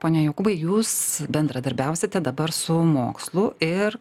pone jokūbai jūs bendradarbiausite dabar su mokslu ir